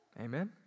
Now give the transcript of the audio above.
Amen